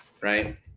Right